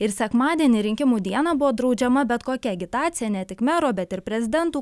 ir sekmadienį rinkimų dieną buvo draudžiama bet kokia agitacija ne tik mero bet ir prezidentų